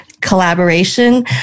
collaboration